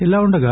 ఇలా ఉండగా